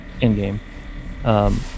in-game